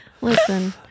Listen